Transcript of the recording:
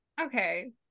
Okay